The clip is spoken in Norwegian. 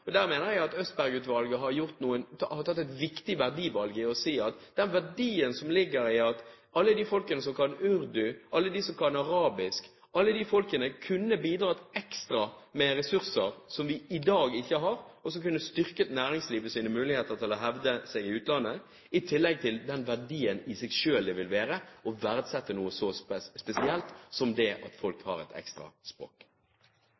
Der mener jeg at Østberg-utvalget har tatt et viktig verdivalg ved å si at den verdien som ligger i at alle de folkene som kan urdu, og alle de som kan arabisk, kunne bidratt ekstra med ressurser som vi i dag ikke har, og som kunne styrket næringslivets muligheter til å hevde seg i utlandet, i tillegg til å verdsette noe så spesielt som det